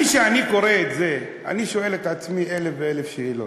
כשאני קורא את זה אני שואל את עצמי אלף שאלות,